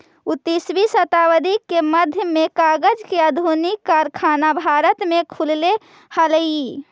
उन्नीसवीं शताब्दी के मध्य में कागज के आधुनिक कारखाना भारत में खुलले हलई